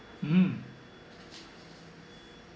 mm